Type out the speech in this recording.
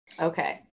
Okay